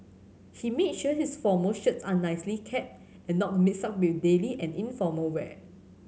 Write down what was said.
he made sure his formal shirts are nicely kept and not mixed up with daily and informal wear